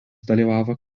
dalyvavo